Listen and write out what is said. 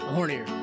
Hornier